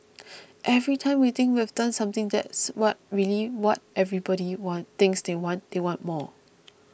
every time we think we've done something that's what really what everybody want thinks they want they want more